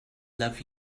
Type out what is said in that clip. love